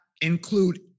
include